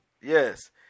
Yes